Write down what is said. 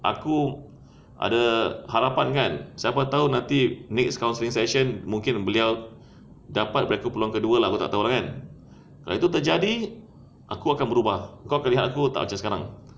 aku ada harapan kan siapa tahu nanti next counselling session mungkin beliau dapat berikan aku peluang kedua aku tak tahu lah kan kalau itu terjadi aku akan berubah kau akan lihat aku tak macam sekarang